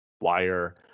wire